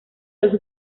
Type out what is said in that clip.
los